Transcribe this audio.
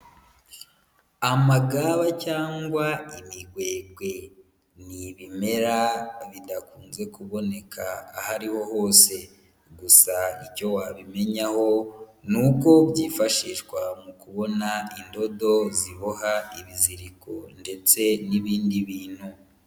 Amagaba cyangwa imigwe ni ibimera bidakunze kuboneka aho ariho hose, gusa icyo wabimenyaho ni uko byifashishwa mu kubona indodo ziboha ibiziriko ndetse n'ibindi bintu.